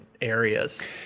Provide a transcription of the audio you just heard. areas